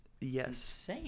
Yes